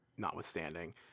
notwithstanding